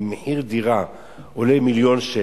אם דירה עולה מיליון שקלים,